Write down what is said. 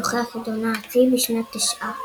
זוכה החידון הארצי בשנת תשע"א.